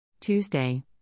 Tuesday